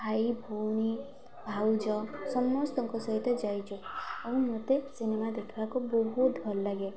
ଭାଇ ଭଉଣୀ ଭାଉଜ ସମସ୍ତଙ୍କ ସହିତ ଯାଇଛୁ ଆଉ ମୋତେ ସିନେମା ଦେଖିବାକୁ ବହୁତ ଭଲ ଲାଗେ